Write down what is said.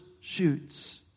shoots